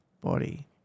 body